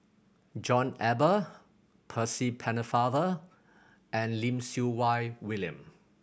John Eber Percy Pennefather and Lim Siew Wai William